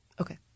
Okay